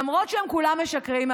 למרות שהם כולם משקרים,